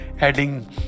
adding